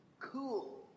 cool